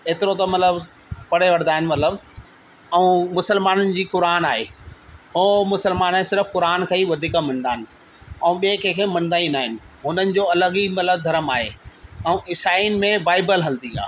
एतिरो त मतिलबु पढ़े वठंदा आहिनि मतिलबु ऐं मुसलमाननि जी क़ुरान आहे ऐं मसलमान सिर्फ़ु क़ुरान खे ई वधीक मञंदा आहिनि ऐं ॿिए कंहिंखें मञंदा ई न आहिनि हुननि जो अलॻि ई मतिलबु धर्म आहे ऐं ईसायुनि में बाइबिल हलंदी आहे